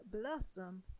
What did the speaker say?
blossom